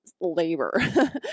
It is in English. labor